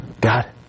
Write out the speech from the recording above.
God